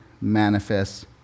manifest